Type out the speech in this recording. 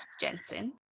Jensen